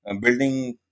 building